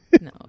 No